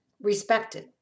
respected